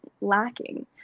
lacking